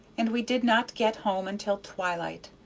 and we did not get home until twilight.